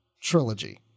trilogy